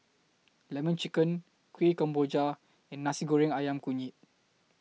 Lemon Chicken Kueh Kemboja and Nasi Goreng Ayam Kunyit